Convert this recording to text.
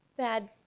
Bad